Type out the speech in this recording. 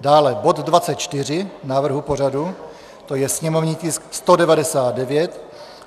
Dále bod 24 návrhu pořadu, to je sněmovní tisk 199